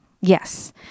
Yes